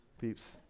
peeps